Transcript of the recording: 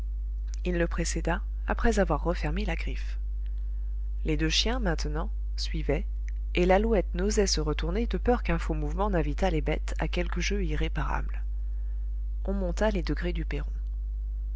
il le précéda après avoir refermé la griffe les deux chiens maintenant suivaient et lalouette n'osait se retourner de peur qu'un faux mouvement n'invitât les bêtes à quelque jeu irréparable on monta les degrés du perron